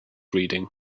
reading